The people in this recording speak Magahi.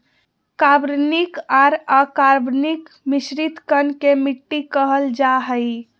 कार्बनिक आर अकार्बनिक मिश्रित कण के मिट्टी कहल जा हई